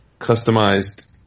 customized